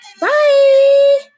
Bye